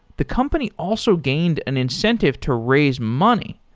the company also gained an incentive to raise money.